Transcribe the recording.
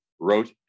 wrote